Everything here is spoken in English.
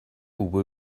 will